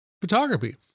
photography